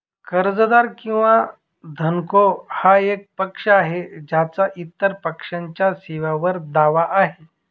कर्जदार किंवा धनको हा एक पक्ष आहे ज्याचा इतर पक्षाच्या सेवांवर दावा आहे